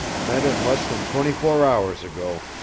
met him less than twenty-four hours ago,